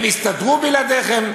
הם הסתדרו בלעדיכם,